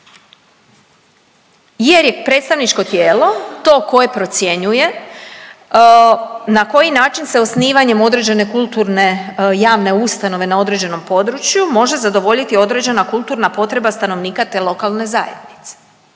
jer je predstavničko tijelo to koje procjenjuje na koji način se osnivanjem određene kulturne javne ustanove na određenom području može zadovoljiti određena kulturna potreba stanovnika te lokalne zajednice.